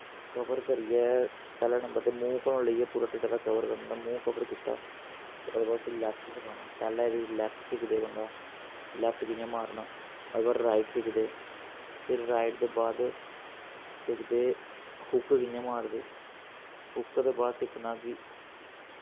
cover करियै पैह्ला number ते मूंह् कोला लेइयै पूरा ढिड्ड तक कवर करना होंदा मूंह् कवर कीता ते ओह्दे बाद उस्सी लैफ्ट सखाना पैह्लें इ'दे च लैफ्ट सिखदे बंदा लैफ्ट कि'यां मारना ओह्दे बाद राइट सिखदे फिर राइट दे बाद सिखदे हुक्क कि'यां मारदे हुक्क दे बाद सिक्खना कि